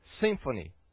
Symphony